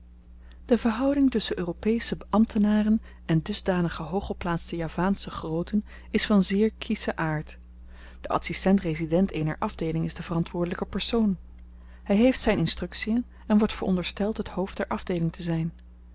de verhouding tusschen europesche ambtenaren en dusdanige hooggeplaatste javaansche grooten is van zeer kieschen aard de adsistent resident eener afdeeling is de verantwoordelyke persoon hy heeft zyn instruktien en wordt verondersteld het hoofd der afdeeling te zyn